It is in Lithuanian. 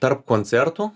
tarp koncertų